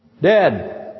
Dead